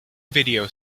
video